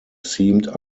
seemed